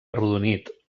arrodonit